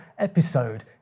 episode